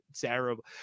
terrible